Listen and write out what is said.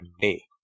day